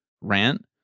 rant